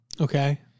Okay